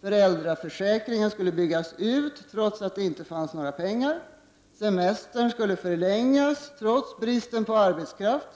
Föräldraförsäkringen skulle byggas ut trots att inga pengar fanns. Semestern skulle förlängas trots bristen på arbetskraft.